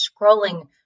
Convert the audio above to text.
scrolling